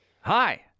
Hi